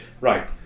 Right